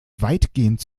weitgehend